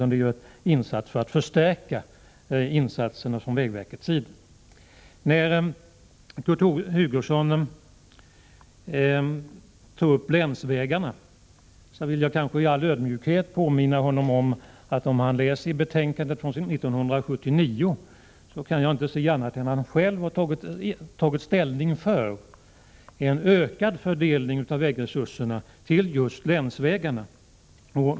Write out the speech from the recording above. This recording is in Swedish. När Kurt Hugosson tar upp länsvägarna vill jag i all ödmjukhet påminna honom om vad som står i betänkandet från 1979. Jag kan inte se annat än att han då tog ställning för en ökad tilldelning av resurser just till länsvägarna.